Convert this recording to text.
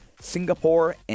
Singapore